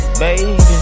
baby